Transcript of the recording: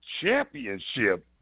Championship